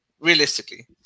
Realistically